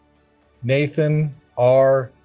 nathan r.